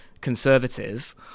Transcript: conservative